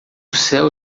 céu